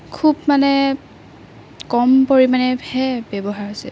খুব মানে কম পৰিমাণেহে ব্যৱহাৰ হৈছে